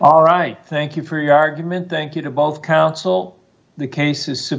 all right thank you for your argument thank you to both counsel the case